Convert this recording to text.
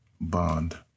Bond